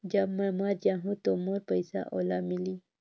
जब मै मर जाहूं तो मोर पइसा ओला मिली?